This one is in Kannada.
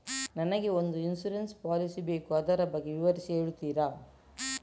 ನನಗೆ ಒಂದು ಇನ್ಸೂರೆನ್ಸ್ ಪಾಲಿಸಿ ಬೇಕು ಅದರ ಬಗ್ಗೆ ವಿವರಿಸಿ ಹೇಳುತ್ತೀರಾ?